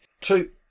Two